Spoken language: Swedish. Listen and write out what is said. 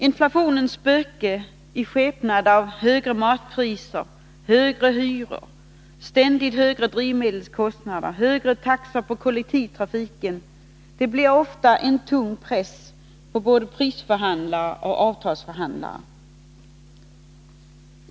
Inflationens spöke i skepnad av högre matpriser, högre hyror, ständigt högre drivmedelskostnader och högre taxor i kollektivtrafiken blir ofta en tung press på prisförhandlare och avtalsförhandlare.